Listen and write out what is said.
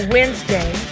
Wednesday